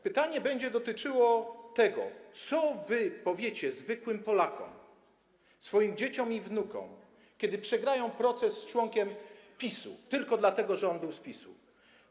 Pytanie będzie dotyczyło tego, co powiecie zwykłym Polakom, swoim dzieciom i wnukom, kiedy przegrają proces z członkiem PiS-u tylko dlatego, że on był z PiS-u?